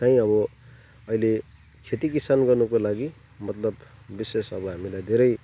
चाहिँ अब अहिले खेती किसान गर्नुको लागि मतलब विशेष अब हामीलाई धेरै